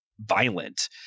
violent